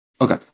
Okay